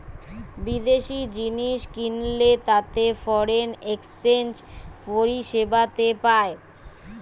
বিদেশি জিনিস কিনলে তাতে ফরেন এক্সচেঞ্জ পরিষেবাতে পায়